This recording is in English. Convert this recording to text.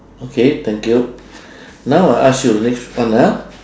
okay thank you now I ask you next one ah